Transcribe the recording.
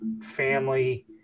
Family